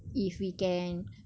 if we can